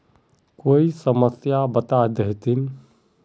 कोई समस्या बता देतहिन?